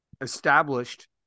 established